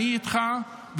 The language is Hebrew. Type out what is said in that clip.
אני איתך,